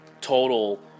total